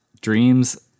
Dreams